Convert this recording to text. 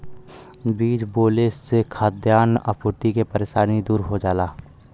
बीज बोले से खाद्यान आपूर्ति के परेशानी दूर हो जाला